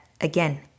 again